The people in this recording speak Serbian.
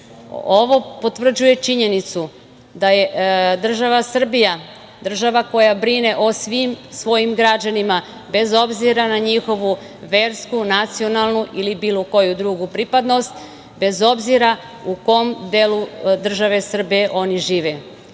Ovo potvrđuje činjenicu da je država Srbija država koja brine o svim svojim građanima bez obzira na njihovu versku, nacionalnu ili bilo koju drugu pripadnost, bez obzira u kom delu države Srbije oni žive. Da